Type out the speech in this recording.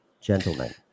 gentlemen